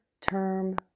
term